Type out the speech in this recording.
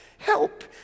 help